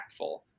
impactful